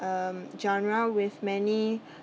um genre with many